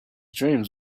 dreams